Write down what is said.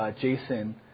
Jason